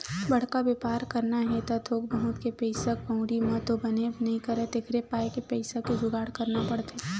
बड़का बेपार करना हे त थोक बहुत के पइसा कउड़ी म तो बनबे नइ करय तेखर पाय के पइसा के जुगाड़ करना पड़थे